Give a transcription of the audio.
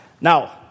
Now